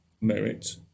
merit